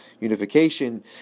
unification